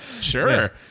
Sure